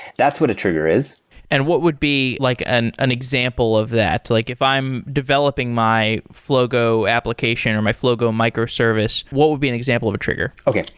that's what a trigger is and what would be like an an example of that? like if i'm developing my flogo application, or my flogo microservice, what would be an example of a trigger? okay.